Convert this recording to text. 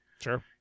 sure